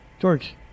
George